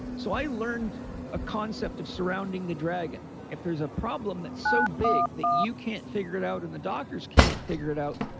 so i learned a concept of surrounding the dragon. if there's a problem that's so big that you can't figure it out and the doctors can't figure it out,